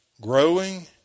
growing